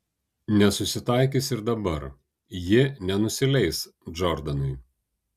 nesusitaikys ir dabar ji nenusileis džordanui